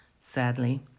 sadly